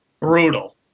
Brutal